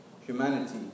humanity